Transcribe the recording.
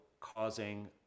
causing